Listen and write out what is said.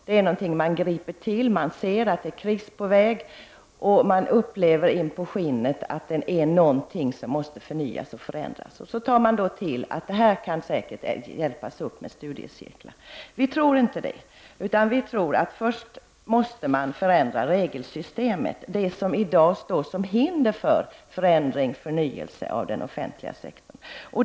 Det är någonting man tillgriper när man ser att det är kris på väg och man inpå skinnet upplever att det är någonting som måste förnyas och förändras. Då tar man till denna lösning, att problemet säkert kan hjälpas upp med studiecirklar. Vi tror inte på detta, utan vi tror att man först måste förändra regelsystemet, det som i dag står som hinder för förändring och förnyelse av den offentliga sektorn.